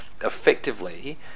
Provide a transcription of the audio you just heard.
effectively